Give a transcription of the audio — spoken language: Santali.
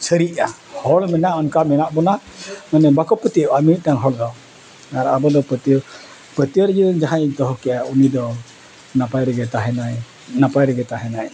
ᱥᱟᱹᱨᱤᱜᱼᱟ ᱦᱚᱲ ᱢᱮᱱᱟᱜᱼᱟ ᱚᱱᱠᱟ ᱢᱮᱱᱟᱜ ᱵᱚᱱᱟ ᱢᱟᱱᱮ ᱵᱟᱠᱚ ᱯᱟᱹᱛᱭᱟᱹᱜᱼᱟ ᱢᱤᱢᱤᱫᱴᱟᱝ ᱦᱚᱲ ᱫᱚ ᱟᱨ ᱟᱵᱚ ᱫᱚ ᱯᱟᱹᱛᱭᱟᱹᱣ ᱯᱟᱹᱛᱭᱟᱹᱣ ᱨᱮᱜᱮ ᱡᱟᱦᱟᱸᱭ ᱮ ᱫᱚᱦᱚ ᱠᱮᱜᱼᱟ ᱩᱱᱤ ᱫᱚ ᱱᱟᱯᱟᱭ ᱨᱮᱜᱮ ᱛᱟᱦᱮᱱᱟᱭ ᱱᱟᱯᱟᱭ ᱨᱮᱜᱮ ᱛᱟᱦᱮᱱᱟᱭ